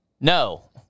No